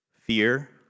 Fear